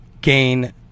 gain